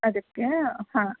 ಅದಕ್ಕೆ ಹಾಂ